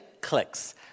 Clicks